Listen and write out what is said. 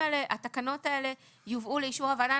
והתקנות האלה יובאו לאישור הוועדה.